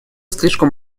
слишком